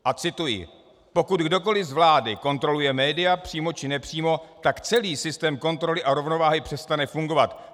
A cituji: Pokud kdokoli z vlády kontroluje média přímo či nepřímo, celý systém kontroly a rovnováhy přestane fungovat.